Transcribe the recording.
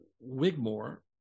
Wigmore